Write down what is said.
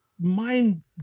mind